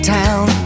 town